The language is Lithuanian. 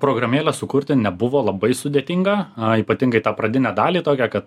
programėlę sukurti nebuvo labai sudėtinga a ypatingai tą pradinę dalį tokią kad